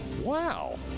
Wow